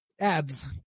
ads